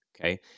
Okay